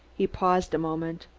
he paused a moment.